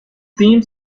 theme